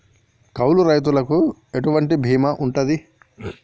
కౌలు రైతులకు ఎటువంటి బీమా ఉంటది?